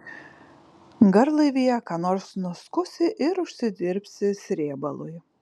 garlaivyje ką nors nuskusi ir užsidirbsi srėbalui